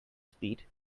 speed